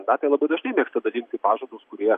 tą tai labai dažnai mėgsta dalinti pažadus kurie